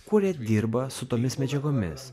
kurie dirba su tomis medžiagomis